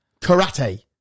Karate